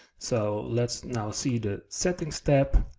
so let's now see the setting step.